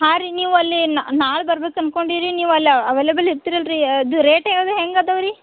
ಹಾಂ ರೀ ನೀವಲ್ಲಿ ನಾಳೆ ಬರ್ಬೇಕ್ ಅನ್ಕೊಂಡೀವ್ ರೀ ನೀವಲ್ಲಿ ಅವೆಲೇಬಲ್ ಇರ್ತೀರಲ್ ರೀ ಅದು ರೇಟ್ ಹೇಗ್ ಅದಾವ ರೀ